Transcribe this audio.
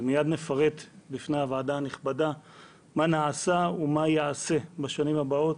ומייד נפרט בפני הוועדה הנכבדה מה נעשה ומה ייעשה בשנים הבאות